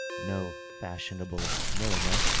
no fiishionable milliner,